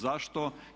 Zašto?